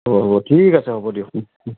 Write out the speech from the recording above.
অ' হ'ব ঠিক আছে হ'ব দিয়ক